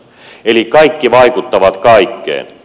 eli kaikki vaikuttaa kaikkeen